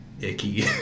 Icky